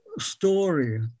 story